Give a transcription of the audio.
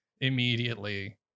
immediately